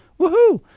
woohoo!